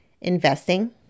investing